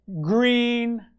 green